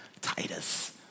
Titus